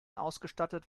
ausgestattet